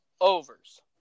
overs